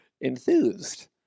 enthused